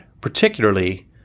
particularly